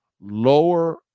Lower